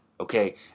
Okay